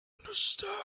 understand